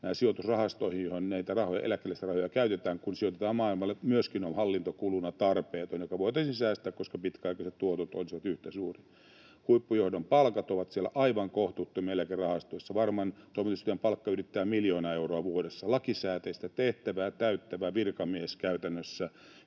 sijoitusrahastot, joihin eläkeläisten rahoja käytetään, kun sijoitetaan maailmalle, myöskin aiheuttavat tarpeettomia hallintokuluja, jotka voitaisiin säästää, koska pitkäaikaiset tuotot olisivat yhtä suuria. Huippujohdon palkat ovat aivan kohtuuttomia siellä eläkerahastoissa. Varman toimitusjohtajan palkka ylittää miljoona euroa vuodessa — lakisääteistä tehtävää täyttävä käytännössä